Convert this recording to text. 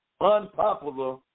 unpopular